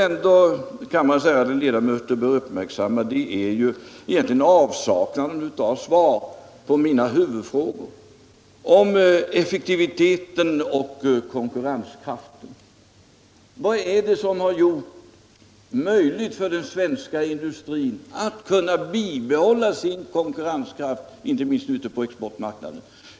Det som kammarens ärade ledamöter ändå bör uppmärksamma är avsaknaden av ett svar på min huvudfråga om effektiviteten och konkurrenskraften. Vad är det som har gjort det möjligt för den svenska industrin att bibehålla sin konkurrenskraft inte minst ute på exportmarknaden?